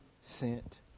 sent